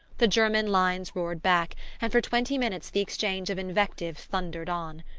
the german lines roared back and for twenty minutes the exchange of invective thundered on.